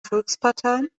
volksparteien